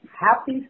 Happy